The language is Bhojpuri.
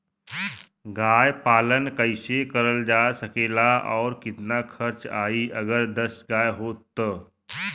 गाय पालन कइसे करल जा सकेला और कितना खर्च आई अगर दस गाय हो त?